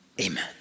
Amen